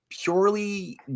purely